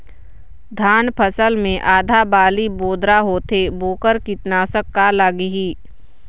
धान फसल मे आधा बाली बोदरा होथे वोकर कीटनाशक का लागिही?